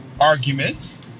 arguments